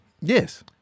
Yes